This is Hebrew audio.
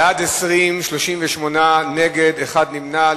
20 בעד, 38 נגד ונמנע אחד.